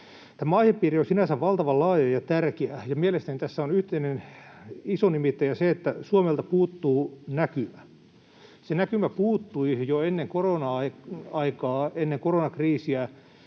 Tämä aihepiiri on sinänsä valtavan laaja ja tärkeä, ja mielestäni tässä on yhteinen iso nimittäjä se, että Suomelta puuttuu näkymä. Se näkymä puuttui jo ennen koronakriisiä